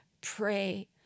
pray